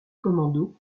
commando